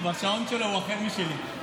השעון שלו אחר משלי.